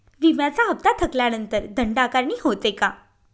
विम्याचा हफ्ता थकल्यानंतर दंड आकारणी होते का?